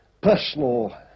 personal